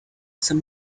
some